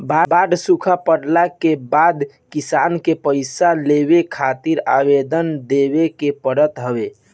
बाढ़ सुखा पड़ला के बाद किसान के पईसा लेवे खातिर आवेदन देवे के पड़त हवे